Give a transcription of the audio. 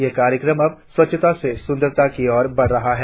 ये कार्यक्रम अब स्वच्छता से सुंदरता की ओर बढ़ रहा है